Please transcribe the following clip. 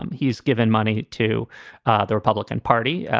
um he's given money to the republican party,